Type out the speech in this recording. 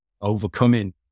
overcoming